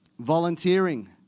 volunteering